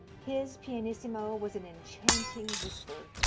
his pianissimo was an enchanting whisper,